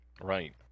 right